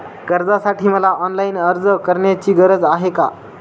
कर्जासाठी मला ऑनलाईन अर्ज करण्याची गरज आहे का?